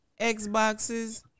Xboxes